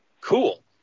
Cool